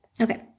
Okay